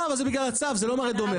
לא אבל זה בגלל הצו זה לא מראה דומה,